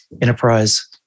enterprise